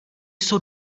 jsou